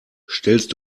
stellst